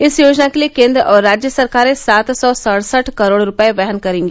इस योजना के लिए केंद्र और राज्य सरकारे सात सौ सड़सठ करोड़ रुपये वहन करेंगी